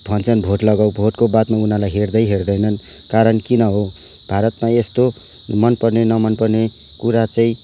भन्छन् भोट लगाउ भोटको बादमा उनीहरूलाई हेर्दै हेर्दैनन् कारण किन हो भारतमा यस्तो मनपर्ने नमनपर्ने कुरा चाहिँ